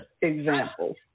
examples